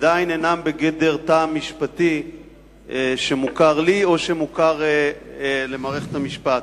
עדיין אינן בגדר טעם משפטי שמוכר לי או שמוכר למערכת המשפט.